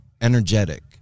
energetic